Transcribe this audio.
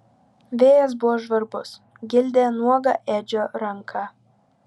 vėjas buvo žvarbus gildė nuogą edžio ranką